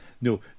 No